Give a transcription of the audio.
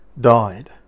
died